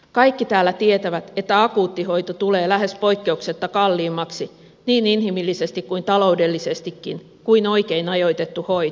kaikki täällä tietävät että akuuttihoito tulee lähes poikkeuksetta kalliimmaksi niin inhimillisesti kuin taloudellisestikin kuin oikein ajoitettu hoito